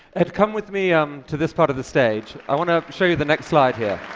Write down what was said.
ed, come with me um to this part of the stage. i want to show you the next slide here.